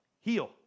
heal